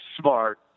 Smart